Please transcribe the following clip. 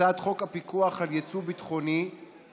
הצעת חוק הפיקוח על יצוא ביטחוני (תיקון,